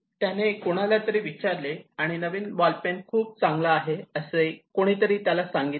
त्याने कुणालातरी विचारले आणि नवीन बॉल पेन खूप चांगला आहे असे त्याला कोणीतरी सांगितले